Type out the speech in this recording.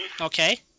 Okay